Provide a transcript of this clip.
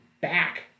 back